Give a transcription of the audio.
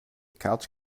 couch